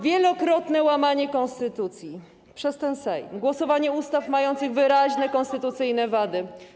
Wielokrotne łamanie konstytucji przez ten Sejm, głosowanie nad ustawami mającymi wyraźne konstytucyjne wady.